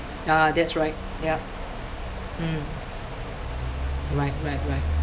ya that's right ya mm right right right